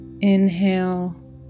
Inhale